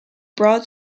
broad